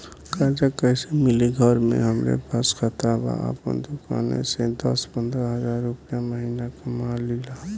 कर्जा कैसे मिली घर में हमरे पास खाता बा आपन दुकानसे दस पंद्रह हज़ार रुपया महीना कमा लीला?